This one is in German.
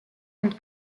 und